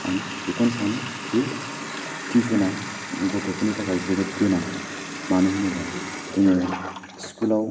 आं बेखौनो सानोदि टिउसनआ गथ'फोदनि थाखाय जोबोद गोनां मानो होनोबा जोङो स्कुलाव